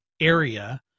area